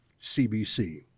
CBC